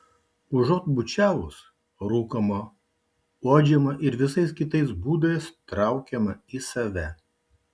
užuot bučiavus rūkoma uodžiama ir visais kitais būdais traukiama į save